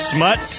Smut